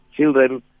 Children